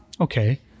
Okay